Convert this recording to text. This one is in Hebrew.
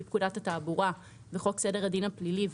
פקודת התעבורה וחוק סדר הדין הפלילי,